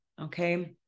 okay